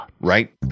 right